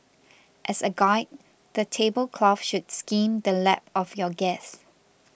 as a guide the table cloth should skim the lap of your guests